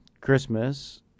christmas